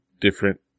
different